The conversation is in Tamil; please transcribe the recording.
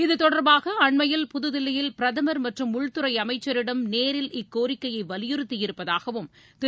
இது தொடர்பாக அண்மையில் புதுதில்லியில் பிரதமர் மற்றும் உள்துறை அமைச்சரிடம் நேரில் இக்கோரிக்கையை வலியுறுத்தியிருப்பதாகவும் திரு